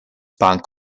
punk